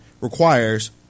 requires